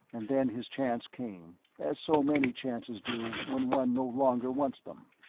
and then his chance came, as so many chances do when one no longer wants them.